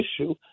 issue